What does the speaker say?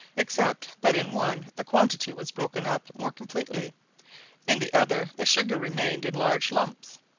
except that in one the quantity was broken up more completely in the other the sugar remained in large lumps,